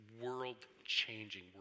world-changing